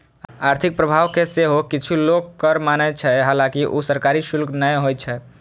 आर्थिक प्रभाव कें सेहो किछु लोक कर माने छै, हालांकि ऊ सरकारी शुल्क नै होइ छै